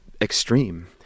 extreme